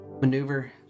maneuver